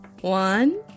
one